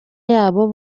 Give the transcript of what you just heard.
yabo